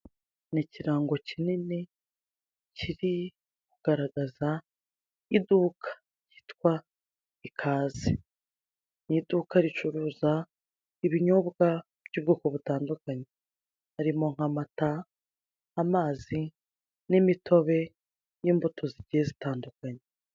Ni ikirango kinini kiri kugaragaza iduka ry'itwa ikaze, ni iduka ricuruza ibinyobwa by'ubwoko butandukanye harimo nk'amata, amazi, n'imitobe n'imbuto zigiye zitandukanye.